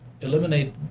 eliminate